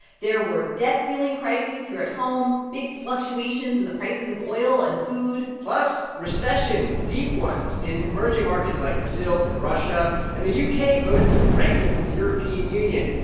there were debt ceiling crises here at home, big fluctuations in and the prices of oil and food plus recessions, deep ones in emerging markets like brazil and russia. and the u k. voted to brexit from the european union.